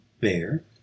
bear